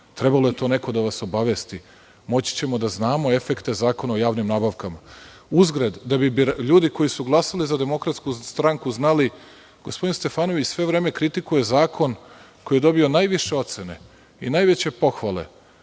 trebalo je to neko da vas obavesti, moći ćemo da znamo efekte Zakona o javnim nabavkama. Uzgred, da bi ljudi koji su glasali za DS znali, gospodin Stefanović sve vreme kritikuje zakon koji je dobio najviše ocene i najveće pohvale